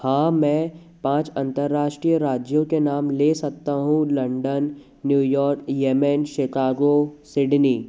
हाँ मैं पाँच अंतर्राष्ट्रीय राज्यों के नाम ले सकता हूँ London New York Yemen Chicago Sydney